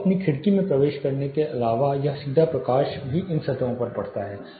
तो अपनी खिड़की में प्रवेश करने के अलावा यह सीधा प्रकाश भी इन सतहों पर पड़ता है